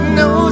no